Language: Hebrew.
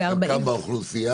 כשחלקם באוכלוסייה?